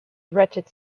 wretched